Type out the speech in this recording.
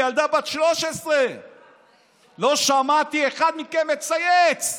לילדה בת 13. לא שמעתי אחד מכם מצייץ מילה,